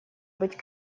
быть